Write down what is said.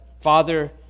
Father